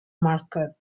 market